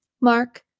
Mark